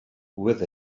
with